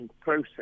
process